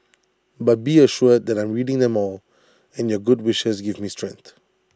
but be assured that I'm reading them all and your good wishes give me strength